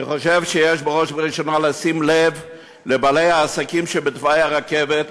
אני חושב שיש בראש ובראשונה לשים לב לבעלי העסקים שבתוואי הרכבת,